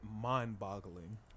mind-boggling